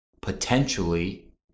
potentially